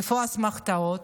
איפה האסמכתאות?